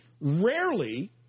Rarely